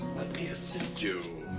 me assist you.